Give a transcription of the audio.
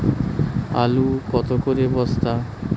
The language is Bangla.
আলু কত করে বস্তা?